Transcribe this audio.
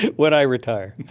when i retire.